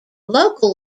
local